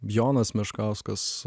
jonas meškauskas